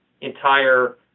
entire